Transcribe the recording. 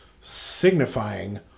signifying